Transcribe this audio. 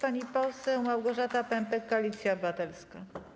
Pani poseł Małgorzata Pępek, Koalicja Obywatelska.